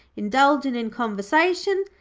indulgin' in conversation,